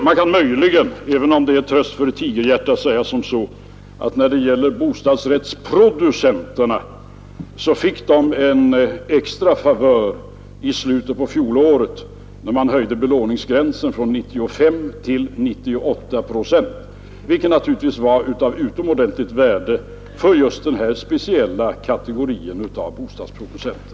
Man kan möjligen, även om det är en tröst för ett tigerhjärta, påpeka att bostadsrättsproducenterna fick en extra favör i slutet av fjolåret, när belåningsgränsen höjdes från 95 till 98 procent, vilket naturligtvis var av utomordentligt värde för just den speciella kategorin av bostadsproducenter.